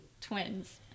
twins